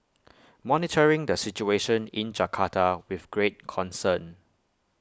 monitoring the situation in Jakarta with great concern